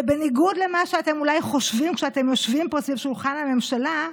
בניגוד למה שאתם אולי חושבים כשאתם יושבים פה סביב שולחן הממשלה,